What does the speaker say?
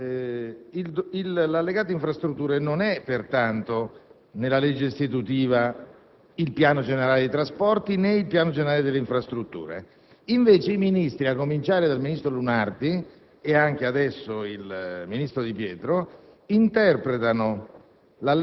l'allegato infrastrutture non è previsto nella legge istitutiva del Piano generale dei trasporti, né nel Piano generale delle infrastrutture; invece i Ministri, a cominciare da Lunardi e adesso anche Di Pietro, interpretano